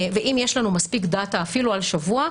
ואם יש לנו מספיק דאטה אפילו על שבוע,